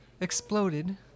exploded